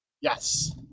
Yes